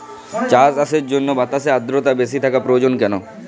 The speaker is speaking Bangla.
চা চাষের জন্য বাতাসে আর্দ্রতা বেশি থাকা প্রয়োজন কেন?